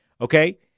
okay